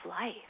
life